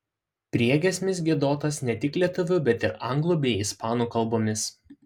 priegiesmis giedotas ne tik lietuvių bet ir anglų bei ispanų kalbomis